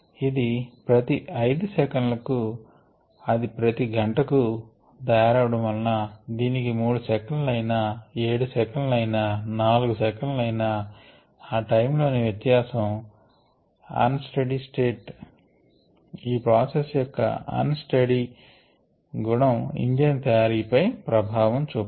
ఇది ప్రతి 5 సెకన్లకు అది ప్రతి గంటకు తయారవడం వలన దీనికి 3సె అయినా 7సె అయినా 4సె అయినా ఆ టైమ్ లోని వ్యత్యాసం అన్ స్టెడీ స్టేట్ ఈ ప్రాసెస్ యొక్క అన్ స్టెడీ గుణం ఇంజను తయారీపై ప్రభావం చూపదు